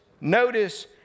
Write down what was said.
notice